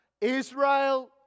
Israel